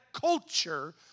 culture